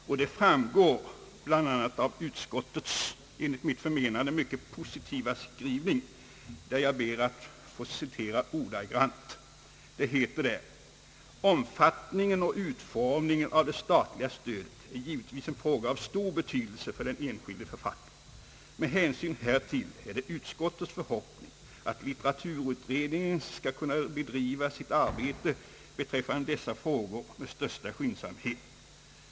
Det framgår bl.a. av utskottets enligt mitt förmenande mycket positiva skrivning, som jag ber att få citera ordagrant: »Omfattningen och utformningen av det statliga stödet är givetvis en fråga av stor betydelse för den enskilde författaren. Med hänsyn härtill är det utskottets förhoppning att litteraturutredningen skall kunna bedriva sitt arbete beträffande dessa frågor med största skyndsamhet.